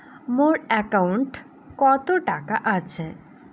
মোর একাউন্টত কত টাকা আছে?